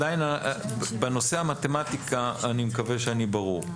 בנושא המתמטיקה אני מקווה שאני ברור.